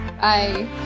Bye